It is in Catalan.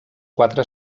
quatre